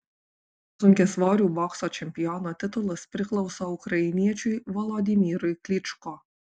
sunkiasvorių bokso čempiono titulas priklauso ukrainiečiui volodymyrui klyčko